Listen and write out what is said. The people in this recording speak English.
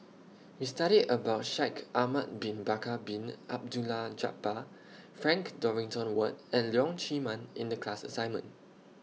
We studied about Shaikh Ahmad Bin Bakar Bin Abdullah Jabbar Frank Dorrington Ward and Leong Chee Mun in The class assignment